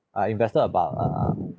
I invested about err